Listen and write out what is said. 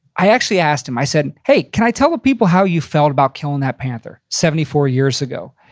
i actually asked him. i said, hey, can i tell the people how you felt about killing that panther seventy four years ago?